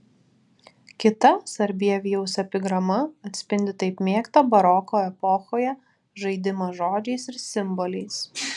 kita sarbievijaus epigrama atspindi taip mėgtą baroko epochoje žaidimą žodžiais ir simboliais